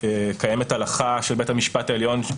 קיימת הלכה של בית המשפט העליון,